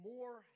more